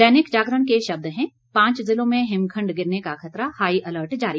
दैनिक जागरण के शब्द है पांच जिलों में हिमखंड गिरने का खतरा हाई अलर्ट जारी